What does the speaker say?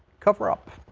cover up.